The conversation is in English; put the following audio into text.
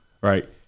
right